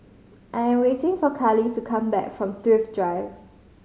I'm waiting for Karly to come back from Thrift Drive